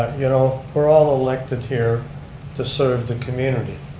you know we're all elected here to serve the community.